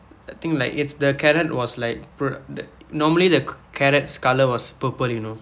I think like it's the carrot was like pro~ the normally the carrot's colour was purple you know